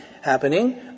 happening